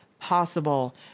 possible